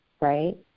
right